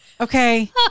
Okay